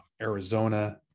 Arizona